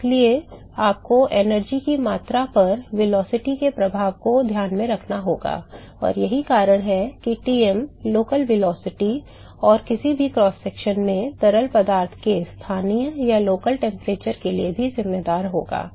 इसलिए आपको ऊर्जा की मात्रा पर वेग के प्रभाव को ध्यान में रखना होगा और यही कारण है कि Tm स्थानीय वेग और किसी भी क्रॉस सेक्शन में तरल पदार्थ में स्थानीय तापमान के लिए भी जिम्मेदार होगा